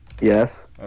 Yes